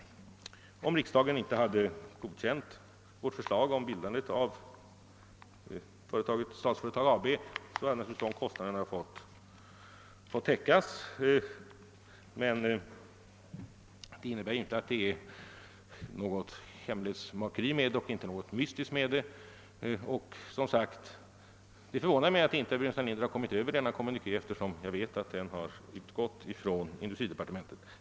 Om riksdagen inte hade godkänt vårt förslag till bildandet av Statsföretag AB, hade naturligtvis dessa kostnader fått täckas på annan väg. Detta innebär dock inte något hemlighetsmakeri. Det förvånar mig som sagt att herr Burenstam Linder icke kommit över den kommuniké som i detta sammanhang utfärdats från industridepartementet.